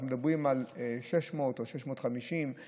אנחנו מדברים על 600 או 650 כאלה,